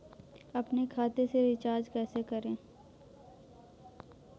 अपने खाते से रिचार्ज कैसे करें?